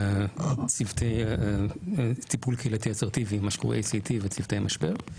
צוותי טיפול קהילתי אסרטיבי מה שנקרא ACT וצוותי משבר.